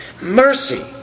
Mercy